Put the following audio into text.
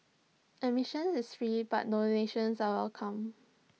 admission is free but donations are welcome